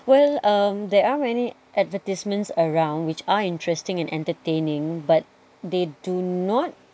well um there are many advertisements around which are interesting and entertaining but they do not